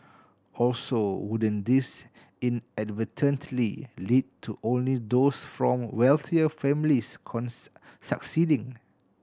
also wouldn't this inadvertently lead to only those from wealthier families succeeding